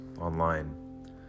online